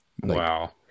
Wow